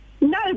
No